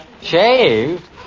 Shaved